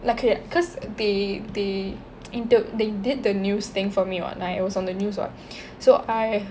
like it cause they they inter~ they did the news thing for me what like it was in the news what so I